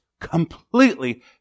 completely